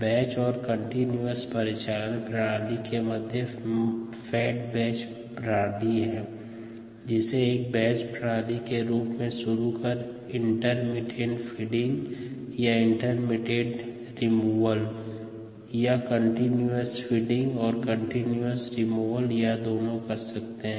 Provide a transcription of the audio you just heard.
batch और continuous परिचालन प्रणाली के मध्य फेड बैच प्रणाली है जिसे एक बैच प्रणाली के रूप में शुरू कर इंटरमिटेंट फीडिंग या इंटरमिटेंट रिमूवल या कंटीन्यूअस फीडिंग और कंटीन्यूअस रिमूवल या दोनों को कर सकते हैं